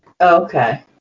Okay